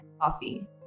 coffee